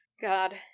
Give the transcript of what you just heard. God